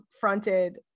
fronted